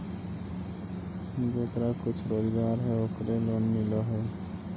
जेकरा कुछ रोजगार है ओकरे लोन मिल है?